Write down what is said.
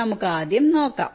നമുക്ക് ആദ്യം നോക്കാം